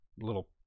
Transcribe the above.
little